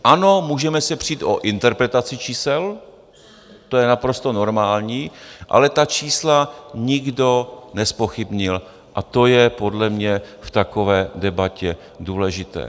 Ano, můžeme se přít o interpretaci čísel, to je naprosto normální, ale ta čísla nikdo nezpochybnil a to je podle mě v takové debatě důležité.